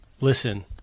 Listen